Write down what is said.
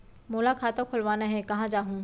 मोला खाता खोलवाना हे, कहाँ जाहूँ?